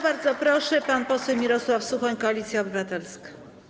Bardzo proszę, pan poseł Mirosław Suchoń, Koalicja Obywatelska.